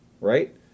Right